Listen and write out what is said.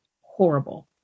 horrible